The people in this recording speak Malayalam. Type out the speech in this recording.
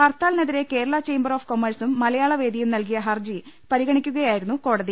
ഹർത്താലിനെതിരെ കേരള ചേംമ്പർ ഓഫ് കൊമേഴസും മലയാളവേദിയും നല്കിയ ഹർജി പരിഗ ണിക്കുകയായിരുന്നു കോടതി